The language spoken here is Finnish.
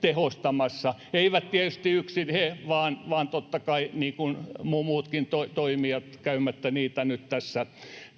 tehostamassa, eivät tietysti yksin he, vaan totta kai niin kuin muutkin toimijat käymättä niitä nyt